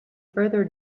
further